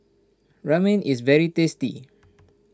Ramen is very tasty